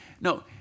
no